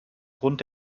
grund